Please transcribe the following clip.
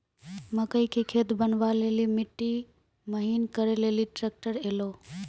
मकई के खेत बनवा ले ली मिट्टी महीन करे ले ली ट्रैक्टर ऐलो?